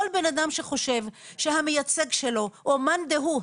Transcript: כל בן אדם שחושב שהמייצג שלו או מאן דהו,